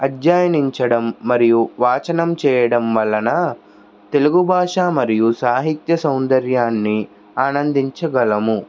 అధ్యయనించడం మరియు వాచనం చేయడం వలన తెలుగు భాష మరియు సాహిత్య సౌందర్యాన్ని ఆనందించగలము